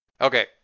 Okay